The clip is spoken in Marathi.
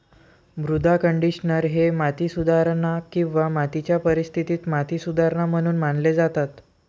मृदा कंडिशनर हे माती सुधारणा किंवा मातीच्या परिस्थितीत माती सुधारणा म्हणून मानले जातात